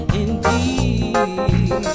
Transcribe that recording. indeed